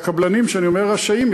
והקבלנים שאני אומר שהם רשאים,